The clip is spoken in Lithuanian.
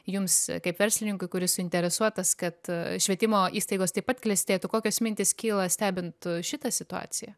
jums kaip verslininkui kuris suinteresuotas kad švietimo įstaigos taip pat klestėtų kokios mintys kyla stebint šitą situaciją